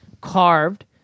carved